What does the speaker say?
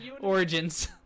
Origins